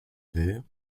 will